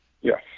Yes